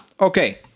Okay